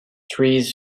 trees